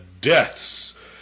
deaths